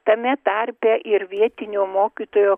tame tarpe ir vietinio mokytojo